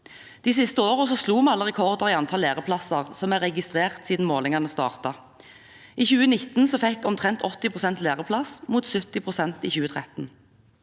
De siste årene slo vi alle rekorder i antall læreplasser som er registrert siden målingene startet. I 2019 fikk omtrent 80 pst. læreplass, mot 70 pst. i 2013.